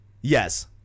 Yes